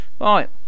Right